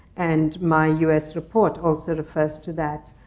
and my us report also refers to that.